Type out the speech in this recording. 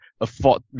afford